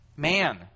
Man